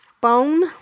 bone